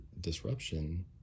disruption